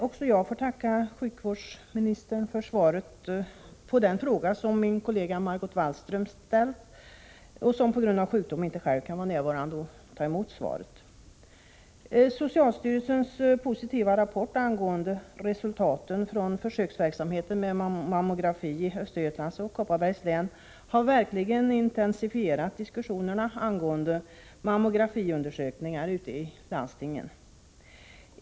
Fru talman! Jag tackar sjukvårdsministern för svaret på den fråga som min kollega Margot Wallström ställt; hon kan på grund av sjukdom inte själv vara närvarande för att ta emot svaret. Socialstyrelsens positiva rapport angående resultaten från försöksverksamheten med mammografi i Östergötlands och Kopparbergs län har verkligen intensifierat diskussionerna angående mammografiundersökningar ute i landstingen.